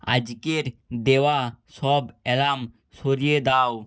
আজকের দেওয়া সব অ্যালার্ম সরিয়ে দাও